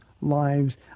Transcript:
lives